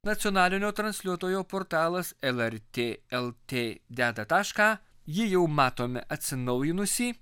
nacionalinio transliuotojo portalas lrt lt deda tašką jį jau matome atsinaujinusį